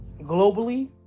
globally